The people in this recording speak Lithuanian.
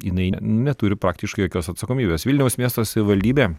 jinai ne neturi praktiškai jokios atsakomybės vilniaus miesto savivaldybė